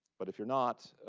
but if you're not,